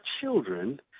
children